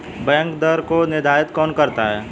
Bank ब्याज दर को निर्धारित कौन करता है?